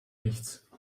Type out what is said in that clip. nichts